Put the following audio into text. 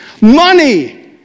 Money